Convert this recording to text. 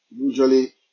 Usually